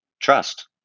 trust